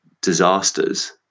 disasters